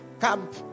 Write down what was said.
camp